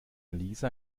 lisa